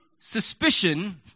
suspicion